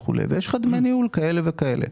ויש לך דמי ניהול כאלה וכאלה.